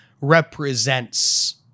represents